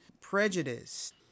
Prejudice